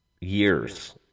years